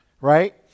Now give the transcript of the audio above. right